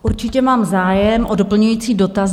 Určitě mám zájem o doplňující dotaz.